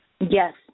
Yes